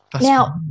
now